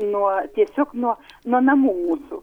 nuo tiesiog nuo nuo namų mūsų